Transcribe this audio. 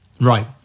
right